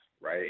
right